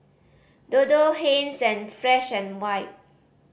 Dodo Heinz and Fresh and White